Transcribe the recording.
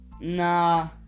Nah